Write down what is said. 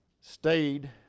stayed